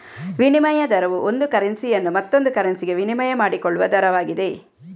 ವಿನಿಮಯ ದರವು ಒಂದು ಕರೆನ್ಸಿಯನ್ನು ಮತ್ತೊಂದು ಕರೆನ್ಸಿಗೆ ವಿನಿಮಯ ಮಾಡಿಕೊಳ್ಳುವ ದರವಾಗಿದೆ